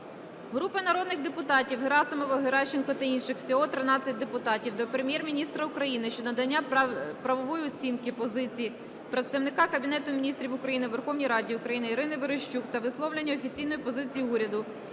Групи народних депутатів (Герасимова, Геращенко та інших. Всього 13 депутатів) до Прем'єр-міністра України щодо надання правової оцінки позиції представника Кабінету Міністрів України у Верховній Раді України Ірини Верещук та висловлення офіційної позиції уряду